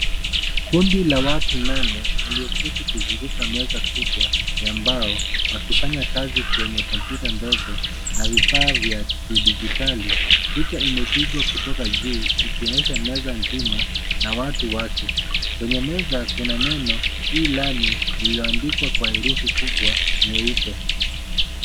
Kundi la watu nane walioketi na kuzunguka meza kubwa ya mbao, wakifanya kazi kwenye kompyuta ndogo. Na vifaa vya kidijitali picha imepigwa kutoka chuo ikionyesha meza nzima na watu wake. Kwenye meza kuna neno e learning lililoandikwa kwa herufi kubwa nyeupe.